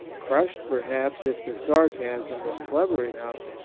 crushed, perhaps, if the sarcasm was clever enough,